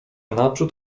naprzód